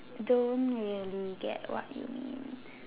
don't really get what you mean